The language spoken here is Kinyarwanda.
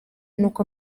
n’uko